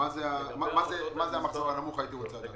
מה זה המחזור הנמוך הייתי רוצה לדעת.